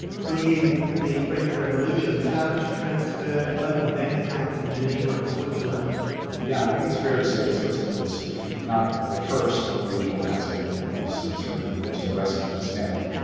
fleeing the french revolution, started to transfer and open bank accounts in geneva in switzerland yeah i think it's fair to say that switzerland was, if not the first original tax haven, it was certainly the most aggressive and expanding,